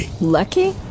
Lucky